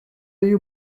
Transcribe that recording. you